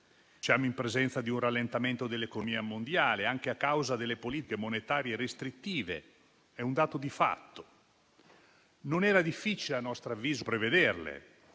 Siamo in presenza di un rallentamento dell'economia mondiale, anche a causa delle politiche monetarie restrittive, è un dato di fatto. A nostro avviso, non era